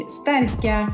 stärka